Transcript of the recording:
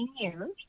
years